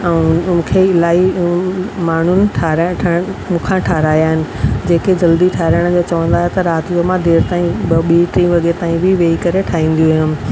ऐं मूंखे इलाही माण्हुनि ठाराहे ठार मूंखां ठाराया आहिनि जेके जल्दी ठाराहिण जो चवंदा त राति जो मां देरि ताईं ॿ ॿीं टीं वॻे ताईं बि वेही करे ठाहींदी हुयमि